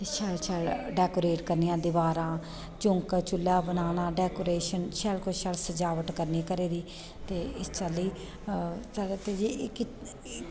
शैल शैल डेकोरेट करनियां दिवारां चौंका चूल्हा बनाना शैल डेकोरेशन करनी घरै दी ते इस चाल्ली